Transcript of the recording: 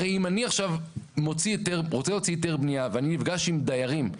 הרי אם אני עכשיו רוצה להוציא היתר בנייה ואני נפגש עם דיירים,